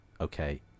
Okay